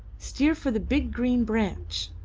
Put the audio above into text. steer for the big green branch.